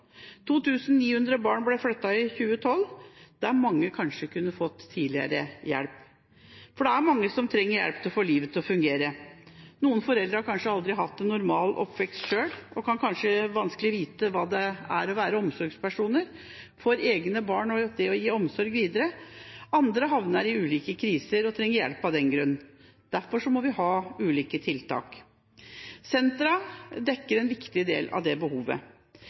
barn ble flyttet i 2012. Mange av disse kunne kanskje fått hjelp tidligere. For det er mange som trenger hjelp for å få livet til å fungere. Noen foreldre har kanskje aldri hatt en normal oppvekst selv og kan vanskelig vite hva det er å være omsorgspersoner for egne barn og gi omsorg videre. Andre havner i ulike kriser og trenger hjelp av den grunn. Derfor må vi ha ulike tiltak. Familiesentrene dekker en viktig del av dette behovet.